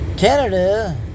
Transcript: Canada